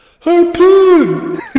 Harpoon